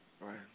right